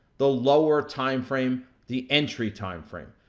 the lower timeframe, the entry timeframe.